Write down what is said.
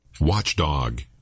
Watchdog